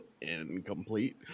incomplete